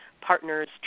partners